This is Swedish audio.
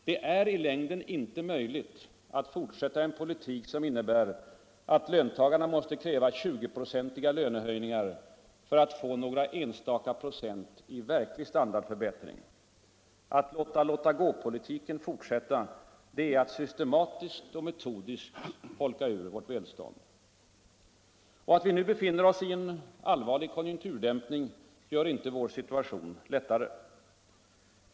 Det är i längden inte möjligt att fortsätta en politik som innebär att löntagarna måste kräva 20-procentiga lönehöjningar för att få några enstaka procent i verklig standardförbättring. Att låta låtgåpolitiken fortsätta, det är att systematiskt och metodiskt holka ur vårt välstånd. Att vi nu befinner oss inför en allvarlig konjunkturdämpning gör inte situationen bättre.